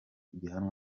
gihanwa